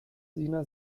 sina